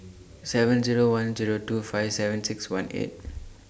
seven Zero one Zero two five seven six one eight